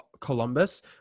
Columbus